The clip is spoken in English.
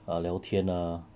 啊聊天啊